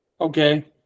Okay